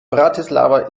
bratislava